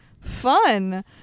Fun